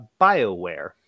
BioWare